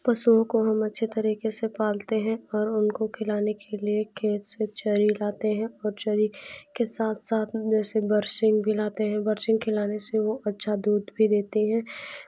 पशुओं को हम अच्छे तरीक़े से पालते हैं और उनको खिलाने के लिए खेत से चने लाते हैं और चने के साथ साथ में से बरसीम भी लाते हैं बरसीम खिलाने से वो अच्छा दूध भी देती हैं